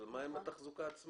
אבל מה עם התחזוקה עצמה?